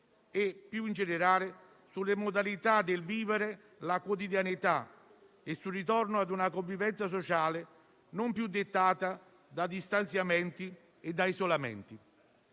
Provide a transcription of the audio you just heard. e più in generale sulle modalità del vivere la quotidianità e sul ritorno ad una convivenza sociale non più dettata da distanziamenti e isolamenti.